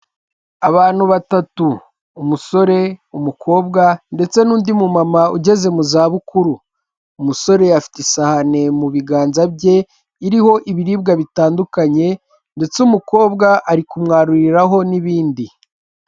Abantu batatu; umusore, umukobwa ndetse n'undi mumama ugeze mu zabukuru. Umusore afite isahane mu biganza bye iriho ibiribwa bitandukanye ndetse umukobwa ari kumwaruriraho n'ibindi